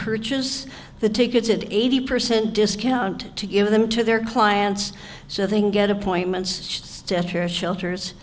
purchase the tickets at eighty percent discount to give them to their clients so they can get appointments etc shelters